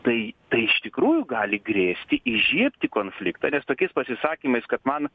tai tai iš tikrųjų gali grėsti įžiebti konfliktą nes tokiais pasisakymais kad man